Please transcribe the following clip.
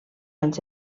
anys